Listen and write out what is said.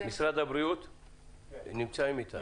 משרד הבריאות נמצאים איתנו.